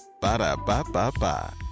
Ba-da-ba-ba-ba